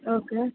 okay